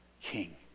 King